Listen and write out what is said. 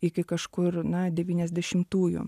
iki kažkur na devyniasdešimtųjų